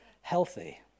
healthy